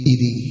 Idi